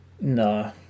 no